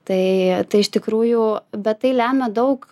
tai tai iš tikrųjų bet tai lemia daug